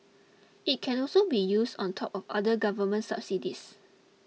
it can also be used on top of other government subsidies